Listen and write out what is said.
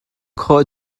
khawh